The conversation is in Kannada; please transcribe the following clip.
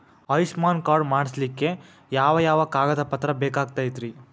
ಆಯುಷ್ಮಾನ್ ಕಾರ್ಡ್ ಮಾಡ್ಸ್ಲಿಕ್ಕೆ ಯಾವ ಯಾವ ಕಾಗದ ಪತ್ರ ಬೇಕಾಗತೈತ್ರಿ?